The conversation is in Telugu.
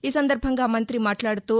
ఈ సందర్భంగా మంతి మాట్లాడుతూ